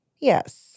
Yes